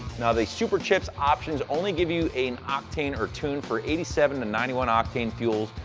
now, the superchips options only give you an octane or tune for eighty seven to ninety one octane fuels.